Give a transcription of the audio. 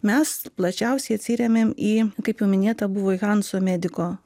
mes plačiausiai atsirėmėm į kaip jau minėta buvo į hanso mediko